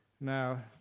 Now